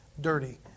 dirty